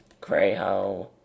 Crayho